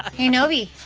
hey, novae,